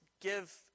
give